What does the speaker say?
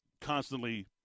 constantly